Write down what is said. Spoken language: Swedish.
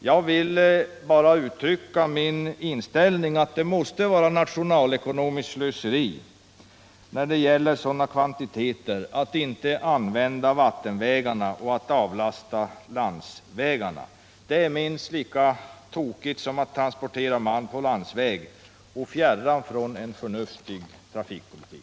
Jag vill bara uttrycka min inställning att det måste vara nationalekonomiskt slöseri när det gäller sådana kvantiteter som det här är fråga om att inte använda vattenvägarna för att därmed avlasta landsvägarna. Det är minst lika tokigt som att transportera malm på landsväg och fjärran från en förnuftig trafikpolitik.